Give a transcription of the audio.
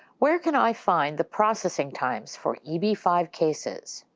where can i find the processing times for eb five cases?